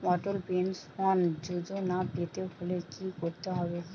অটল pension Yojana পেতে হলে কি করতে হবে?